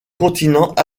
continent